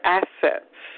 assets